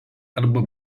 arba